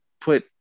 put